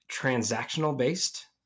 transactional-based